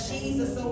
Jesus